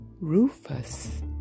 Rufus